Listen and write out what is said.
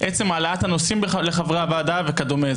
עצם העלאת הנושאים לחברי הוועדה וכדומה,